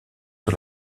sur